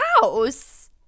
house